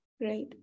right